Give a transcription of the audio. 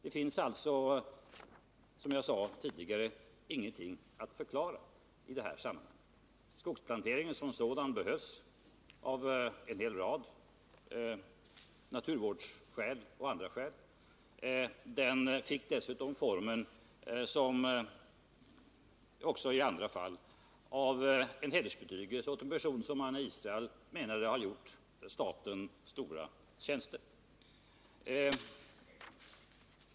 Det finns alltså, som jag sade tidigare, ingenting att förklara i det här sammanhanget. Skogsplanteringen som sådan behövs av en hel rad skäl — naturvårdsskäl o. d. Såsom skett också i andra fall fick planteringen formen av en hedersbetygelse för en person som man i Israel menade har gjort staten stora tjänster.